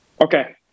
Okay